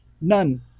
none